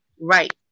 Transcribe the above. Right